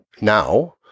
now